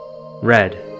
Red